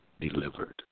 delivered